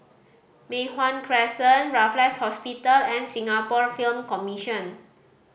Mei Hwan Crescent Raffles Hospital and Singapore Film Commission